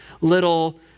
little